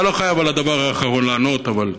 אתה לא חייב על הדבר האחרון לענות, אבל...